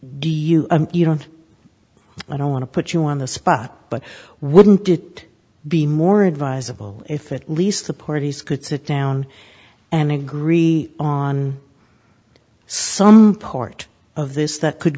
do you you don't i don't want to put you on the spot but wouldn't it be more advisable if it leased the parties could sit down and agree on some part of this that could